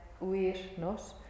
huirnos